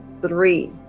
three